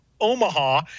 Omaha